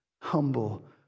humble